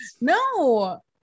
No